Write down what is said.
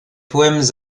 poèmes